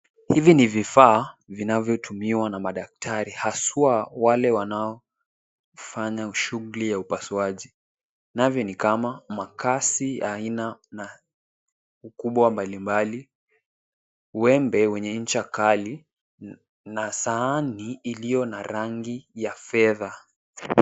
Hivi ni vifaa vinavyotumiwa na madaktari haswa wale wanaofanya shughuli ya upasuaji navyo ni kama makasi ya aina na ukubwa wa mbalimbali, Wembe wenye ncha kali na sahani iliyo na rangi ya fedha.